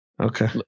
Okay